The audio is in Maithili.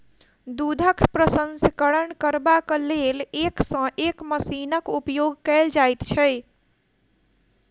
दूधक प्रसंस्करण करबाक लेल एक सॅ एक मशीनक उपयोग कयल जाइत छै